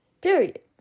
Period